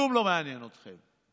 כלום לא מעניין אתכם.